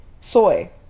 Soy